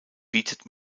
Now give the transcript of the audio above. bietet